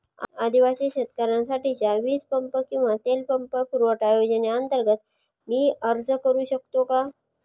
आदिवासी शेतकऱ्यांसाठीच्या वीज पंप किंवा तेल पंप पुरवठा योजनेअंतर्गत मी अर्ज करू शकतो का?